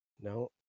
No